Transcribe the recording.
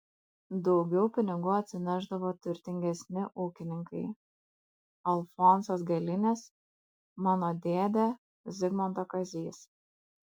daugiau pinigų atsinešdavo turtingesni ūkininkai alfonsas galinis mano dėdė zigmanto kazys